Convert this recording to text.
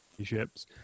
ships